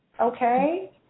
Okay